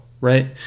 right